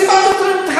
ליצמן, אני עדה.